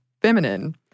Feminine